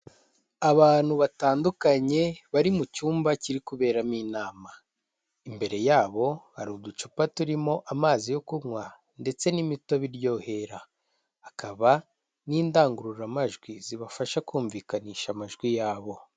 Abantu batandukanye bari mu cyumba kiri kuberamo inama, imbere yabo hari uducupa turimo amazi yo kunywa ndetse n'imitobe iryohera, hakaba n'indangururamajwi zibafasha kumvikanisha amajwi yabo.